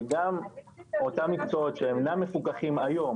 שגם אותם מקצועות שאינם מפוקחים היום